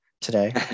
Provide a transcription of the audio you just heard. today